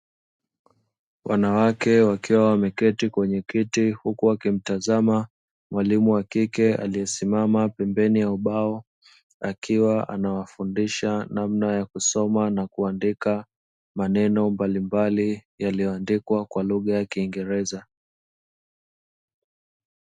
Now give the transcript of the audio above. Wanawake wakiwa wameketi kwenye kiti huku wakimtazama mwalimu wa kike aliye simama pembeni ya ubao, akiwa anawafundisha namna ya kusoma na kuandika maneno mbalimbali yaliyo andikwa kwa lugha ya kiingereza.